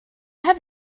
have